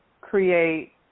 create